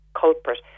culprit